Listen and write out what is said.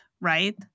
right